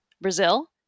Brazil